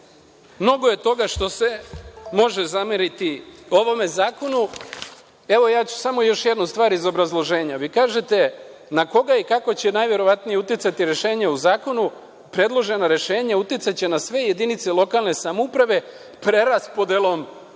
mnogo je toga što se može zameriti ovome zakonu. Ja ću samo još jednu stvar iz obrazloženja. Vi kažete, na koga i kako će najverovatnije uticati rešenje u zakonu - „Predložena rešenja uticanje na sve jedinice lokalne samouprave preraspodelom